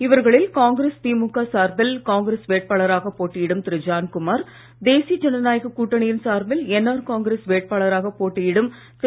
இவர்களில் காங்கிரஸ் திமுக சார்பில் காங்கிரஸ் வேட்பாளராகப் போட்டியிடும் திரு ஜான்குமார் தேசிய ஜனநாயக கூட்டணியின் சார்பில் என்ஆர் காங்கிரஸ் வேட்பாளராகப் போட்டியிடும் திரு